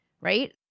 right